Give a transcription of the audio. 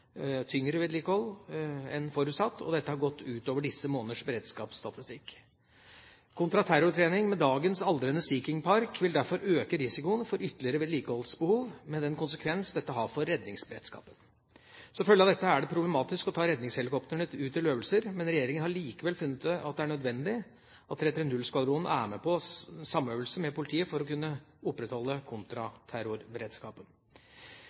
tyngre vedlikehold enn man forutsatte, og dette har gått ut over disse måneders beredskapsstatistikk. Kontraterrortrening med dagens aldrende Sea King-park vil derfor øke risikoen for ytterligere vedlikeholdsbehov, med den konsekvens dette har for redningsberedskapen. Som følge av dette er det problematisk å ta redningshelikoptrene ut på øvelser, men regjeringa har likevel funnet at det er nødvendig at 330-skvadronen er med på samøvelser med politiet for å kunne opprettholde